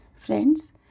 Friends